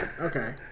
Okay